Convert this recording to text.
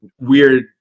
weird